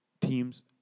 teams